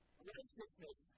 Righteousness